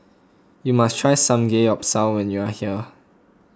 you must try Samgeyopsal when you are here